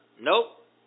Nope